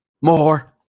More